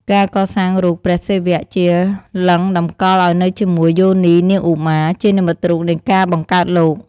ការកសាងរូបព្រះសិវៈ ជាលិង្គតម្កល់ឱ្យនៅជាមួយយោនីនាងឧមា ជានិមិត្តរូបនៃការបង្កើតលោក។